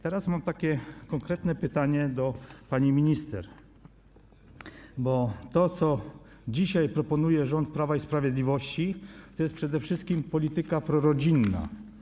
Teraz mam takie konkretne pytanie do pani minister, bo to, co dzisiaj proponuje rząd Prawa i Sprawiedliwości, to jest przede wszystkim polityka prorodzinna.